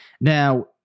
Now